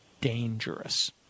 dangerous